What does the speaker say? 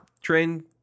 train